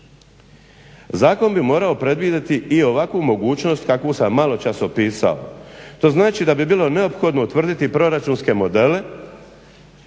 Zakon bi mogao predvidjeti i ovakvu mogućnost kakvu sam malo čas opisao. To znači da bi bilo neophodno utvrditi proračunske modele